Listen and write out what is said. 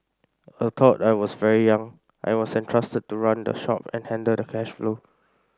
although I was very young I was entrusted to run the shop and handle the cash flow